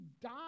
die